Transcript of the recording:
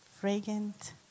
fragrant